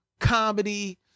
comedy